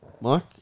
Mike